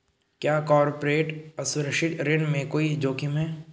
क्या कॉर्पोरेट असुरक्षित ऋण में कोई जोखिम है?